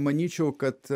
manyčiau kad